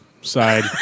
side